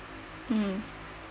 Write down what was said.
um